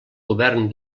govern